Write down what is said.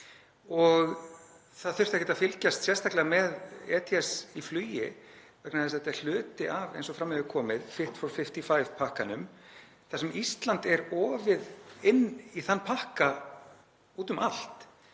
Það þurfti ekki að fylgjast sérstaklega með ETS í flugi vegna þess að þetta er hluti af, eins og fram hefur komið, „Fit for 55“-pakkanum þar sem Ísland er ofið inn í þann pakka úti um allt.